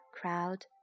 Crowd